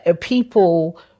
people